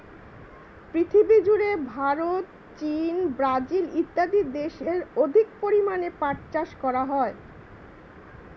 পৃথিবীজুড়ে ভারত, চীন, ব্রাজিল ইত্যাদি দেশে অধিক পরিমাণে পাট চাষ করা হয়